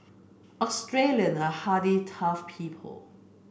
Australian are hardy tough people